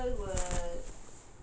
people will